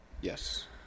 Yes